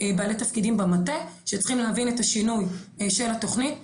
בעלי תפקידים במטה שצריכים להבין את השינוי של התוכנית.